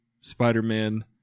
Spider-Man